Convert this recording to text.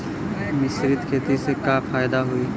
मिश्रित खेती से का फायदा होई?